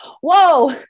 Whoa